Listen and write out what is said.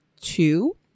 two